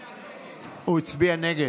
הוא הצביע נגד?